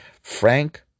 Frank